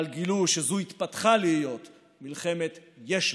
אבל גילו שזו התפתחה להיות מלחמת "יש ברירה".